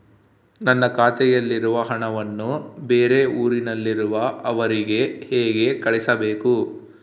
ನನ್ನ ಖಾತೆಯಲ್ಲಿರುವ ಹಣವನ್ನು ಬೇರೆ ಊರಿನಲ್ಲಿರುವ ಅವರಿಗೆ ಹೇಗೆ ಕಳಿಸಬೇಕು?